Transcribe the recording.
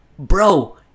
bro